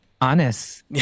honest